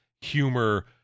humor